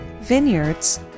vineyards